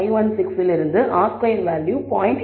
17516 இல் இருந்து R square value 0